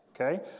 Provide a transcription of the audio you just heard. okay